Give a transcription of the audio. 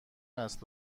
است